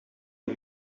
een